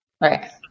Right